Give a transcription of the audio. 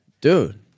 Dude